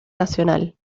nacional